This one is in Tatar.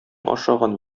ашаган